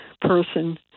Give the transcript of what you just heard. person